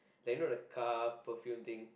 like you know the car perfume thing